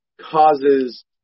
Causes